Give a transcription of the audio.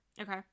Okay